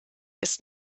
ist